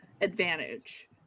advantage